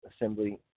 Assembly